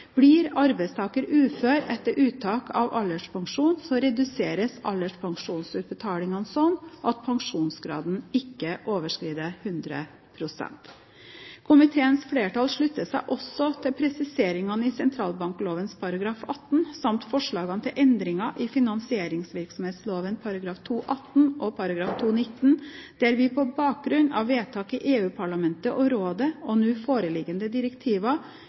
Blir arbeidstaker ufør etter uttak av alderspensjon, reduseres alderspensjonsutbetalingen slik at pensjonsgraden ikke overskrider 100 pst. Komiteens flertall slutter seg også til presiseringene i sentralbankloven § 18 samt forslagene til endringer i finansieringsvirksomhetsloven § 2-18 og § 2-19, der vi på bakgrunn av vedtak i EU-parlamentet og rådet og nå foreliggende direktiver